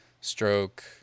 stroke